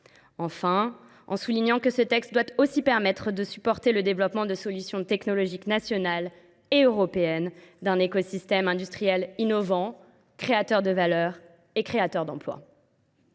enfin, en soulignant que ce texte doit aussi permettre de supporter le développement de solutions technologiques nationales et européennes au sein d’un écosystème industriel innovant, créateur de valeur et d’emplois.